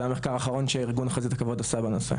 זה המחקר האחרון שארגון חזית הכבוד עשתה בנושא.